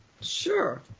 Sure